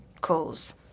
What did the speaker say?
calls